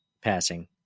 passing